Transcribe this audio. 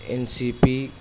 N C P